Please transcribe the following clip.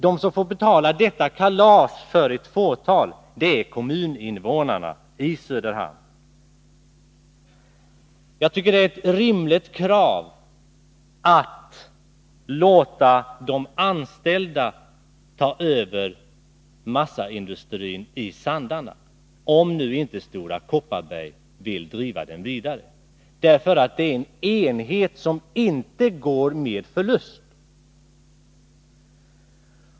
De som får betala detta kalas för ett fåtal är kommuninvånarna i Söderhamn. Jag tycker att det är ett rimligt krav att låta de anställda ta över massaindustrin i Sandarne, om Stora Kopparberg inte vill driva den vidare. Det är nämligen en enhet som inte går med förlust.